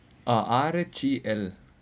ah R_T_L